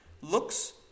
looks